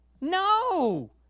No